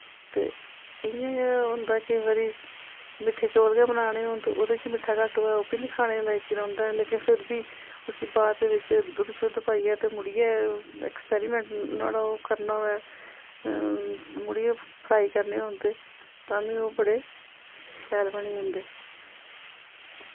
ते इ'यां गै होंदा केईं बारी मिट्ठे चौल गै बनाने होन ते ओह्दै च मिट्ठा घट्ट होऐ ओह् बी निं खाने लाईक रौंह्दा लेकिन फिर बी उस्सी बाद बिच्च दुध्द शुध्द पाईयै ते मुड़िया अक्सपैरिमैंट नोहाड़ा ओह् करना होऐ मुड़ियै फ्राई करने होन ते तामीं ओह् बड़े शैल बनी जंदे